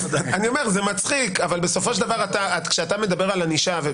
זה מצחיק אבל כשאתה מדבר על ענישה,